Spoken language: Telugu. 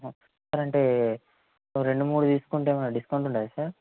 సార్ అంటే ఒక రెండు మూడు తీసుకుంటే ఏమైన డిస్కౌంట్ ఉంటుందా సార్